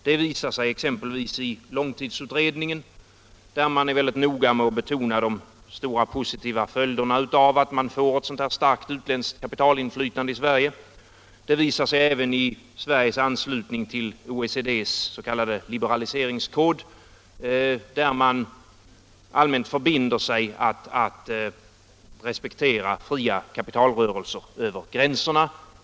Det visar sig exempelvis i långtidsutredningen där man är väldigt noga med att betona de stora positiva följderna av att man får ett sådant här starkt utländskt kapitalinflytande i Sverige. Näringspolitiken företagsfusioner Det visar sig även i Sveriges anslutning till OECD:s s.k. liberaliseringskod, där man allmänt förbinder sig att respektera fria kapitalrörelser över gränserna.